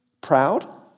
Proud